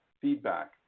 feedback